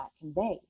convey